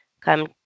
come